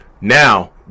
Now